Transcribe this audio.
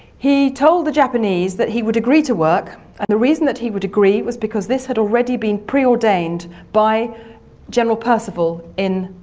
he told the japanese that he would agree to work, and the reason that he would agree was because this had already been preordained by general percival in